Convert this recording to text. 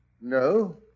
No